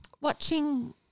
watching